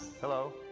Hello